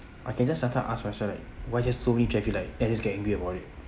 I can just sometimes ask myself like why just so many traffic light then I just get angry about it